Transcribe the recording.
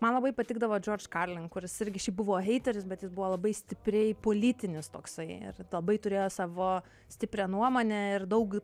man labai patikdavo george carlin kuris irgi šiaip buvo heiteris bet jis buvo labai stipriai politinis toksai ir labai turėjo savo stiprią nuomonę ir daug